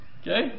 Okay